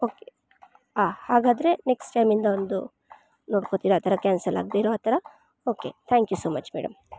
okay ಹಾಗಾದ್ರೆ next ಟೈಮಿಂದ ಒಂದು ನೋಡ್ಕೋತೀರಾ ಆ ಥರ ಕ್ಯಾನ್ಸಲ್ ಆಗದೆ ಇರೋ ಆ ಥರ okay thank you so much madam